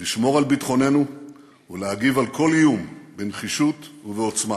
לשמור על ביטחוננו ולהגיב על כל איום בנחישות ובעוצמה.